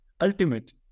ultimate